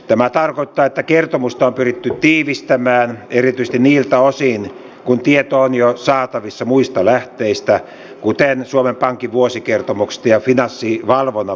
tämä tarkoittaa että kertomusta on pyritty tiivistämään erityisesti niiltä osin kun tieto on jo saatavissa muista lähteistä kuten suomen pankin vuosikertomuksesta ja finanssivalvonnan vuosikertomuksesta